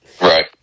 Right